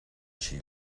she